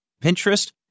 Pinterest